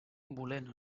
volent